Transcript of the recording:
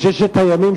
בששת הימים,